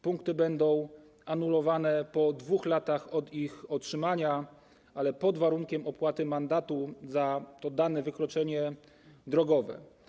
Punkty będą anulowane po 2 latach od ich otrzymania, ale pod warunkiem opłaty mandatu za dane wykroczenie drogowe.